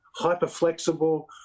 hyperflexible